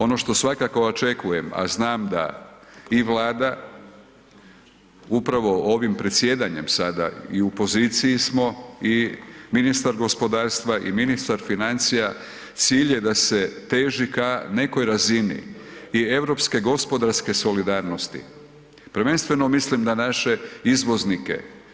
Ono što svakako očekujem a znam da i Vlada upravo ovim predsjedanjem sada i u poziciji smo i ministar gospodarstva i ministar financija, cilj je da se teži ka nekoj razini i europske gospodarske solidarnosti, prvenstvo mislim na naše izvoznike.